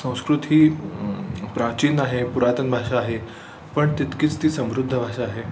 संस्कृत ही प्राचीन आहे पुरातन भाषा आहे पण तितकीच ती समृद्ध भाषा आहे